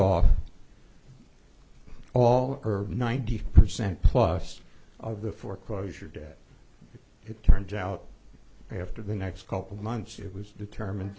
off all her ninety percent plus of the foreclosure debt it turns out after the next couple months it was determine